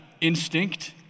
instinct